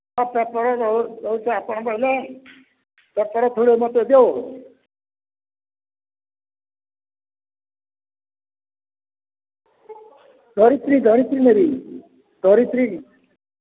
paper ଦଉଛି ଆପଣ କହିଲେ ପେପର ଥୋଡ଼ି ମତେ ଦିବୁ ଧରିତ୍ରୀ ନେବି ଧରିତ୍ରୀ